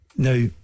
Now